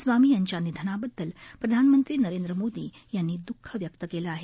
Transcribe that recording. स्वामी यांच्या निधनाबद्दल प्रधानमंत्री नरेंद्र मोदी यांनी दुःख व्यक्त केलं आहे